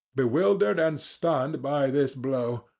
bewildered and stunned by this blow,